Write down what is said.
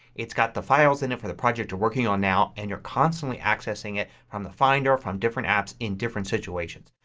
it's got the files in it for the project you're working on now and you're constantly accessing it from the finder, from different apps, in different situations.